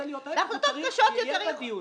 אם הוא רוצה להיות, הוא צריך להיות תמיד בדיון.